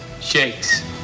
Shakes